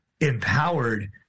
empowered